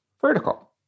Vertical